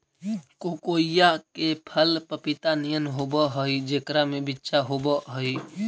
कोकोइआ के फल पपीता नियन होब हई जेकरा में बिच्चा होब हई